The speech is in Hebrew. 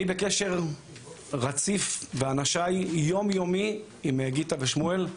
אני ואנשיי בקשר רציף יום יומי עם גיטה ושמואל.